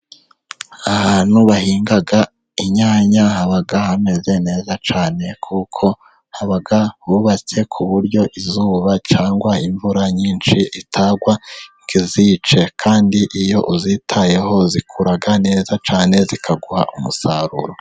Ahantu bahinga inyanya haba hameze neza cyane kuko haba hubatse, ku buryo izuba cyangwa imvura nyinshi itagwa ngo izice kandi iyo uzitayeho zikura neza cyane zikaguha umusaruro.